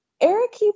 Eric